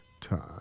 time